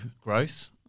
growth